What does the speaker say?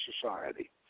society